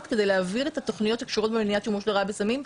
כדי להעביר את התוכניות שקשורות במניעת השימוש לרעה בסמים,